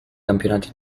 campionati